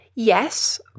Yes